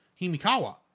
Himikawa